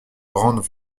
grandes